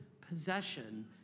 possession